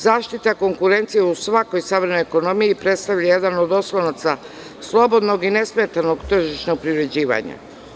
Zaštita konkurencije u svakoj savremenoj ekonomiji predstavlja jedan od oslonaca slobodnog i nesmetanog tržišnog privređivanja.